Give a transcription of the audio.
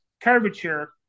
curvature